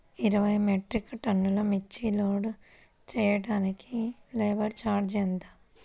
ఇరవై మెట్రిక్ టన్నులు మిర్చి లోడ్ చేయుటకు లేబర్ ఛార్జ్ ఎంత?